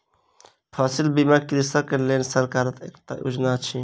फसिल बीमा कृषक के लेल सरकारक एकटा योजना अछि